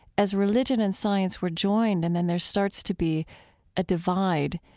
as religion and science were joined and then there starts to be a divide,